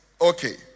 okay